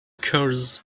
cures